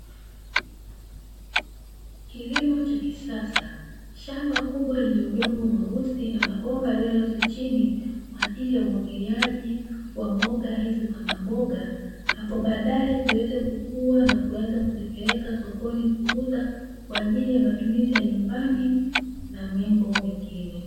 Kilimo cha kisasa, shamba kubwa lenye udongo mweusi na mabomba yaliyolazwa chini kwa ajili ya umwagiliaji wa mboga hizo za maboga, hapo baadae ziazne kukua na kuzipeleka sokoni kuuza, kwaa ajili ya matumizi ya nyumbani na mabo mengine.